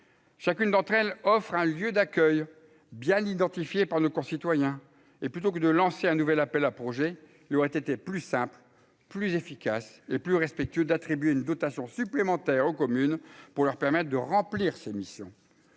Chacune d'entre elles offrent un lieu d'accueil bien identifié par nos concitoyens et plutôt que de lancer un nouvel appel à projets, il aurait été plus simple, plus efficace et plus respectueux d'attribuer une dotation supplémentaire aux communes pour leur permettent de remplir ses missions